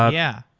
ah yeah.